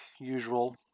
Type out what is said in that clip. usual